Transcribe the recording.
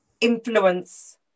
influence